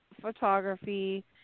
photography